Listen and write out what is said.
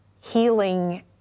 healing